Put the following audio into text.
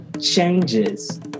changes